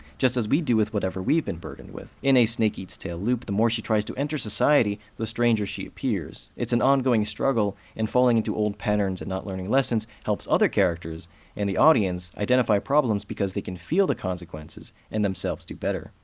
just as we do with whatever we've been burdened with. in a snake-eats-tail-loop, the more she tries to enter society, the stranger she appears. it's an ongoing struggle, and falling into old patterns and not learning lessons helps other characters and the audience identify problems because they can feel the consequences, and themselves do better.